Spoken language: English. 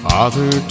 Father